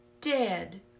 dead